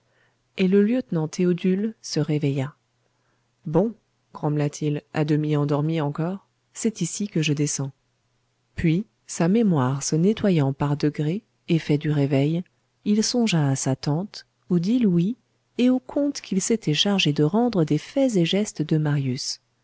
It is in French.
et le lieutenant théodule se réveilla bon grommela-t-il à demi endormi encore c'est ici que je descends puis sa mémoire se nettoyant par degrés effet du réveil il songea à sa tante aux dix louis et au compte qu'il s'était chargé de rendre des faits et gestes de marius